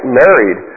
married